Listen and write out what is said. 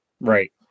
right